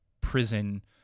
prison